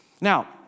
Now